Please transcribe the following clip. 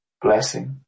blessing